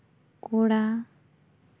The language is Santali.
ᱠᱚᱲᱟ